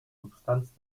substanz